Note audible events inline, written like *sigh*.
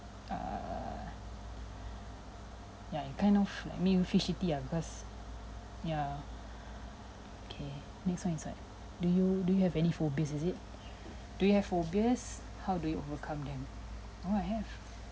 err *breath* ya kind of like me feel shitty ah because yeah okay next one is what do you do you have any phobias is it do you have phobias how do you overcome them oh I have